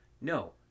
No